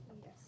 Yes